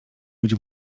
być